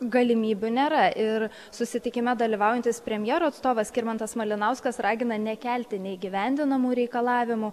galimybių nėra ir susitikime dalyvaujantis premjero atstovas skirmantas malinauskas ragina nekelti neįgyvendinamų reikalavimų